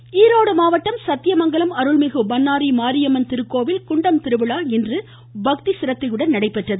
Bannari voice Erode மாவட்டம் சத்தியமங்கலம் அருள்மிகு பண்ணாரி மாரியம்மன் திருக்கோவில் குண்டம் திருவிழா இன்று பக்தி சிரத்தையுடன் நடைபெற்றது